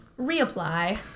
reapply